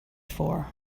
for